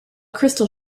crystal